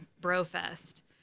bro-fest